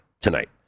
tonight